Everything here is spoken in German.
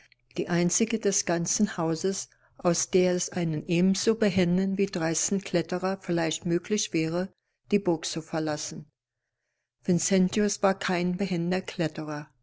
die einzige des ganzen hauses aus der es einem ebenso behenden wie dreisten kletterer vielleicht möglich wäre die burg zu verlassen vincentius war kein behender